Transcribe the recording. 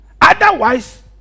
Otherwise